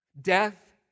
Death